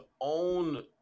own